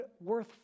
worth